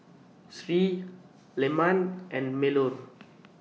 Sri Leman and Melur